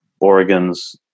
Oregon's